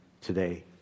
today